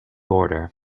order